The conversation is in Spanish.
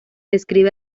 describe